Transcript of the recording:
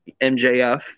mjf